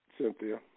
cynthia